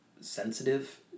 sensitive